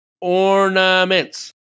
Ornaments